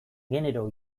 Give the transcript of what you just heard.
genero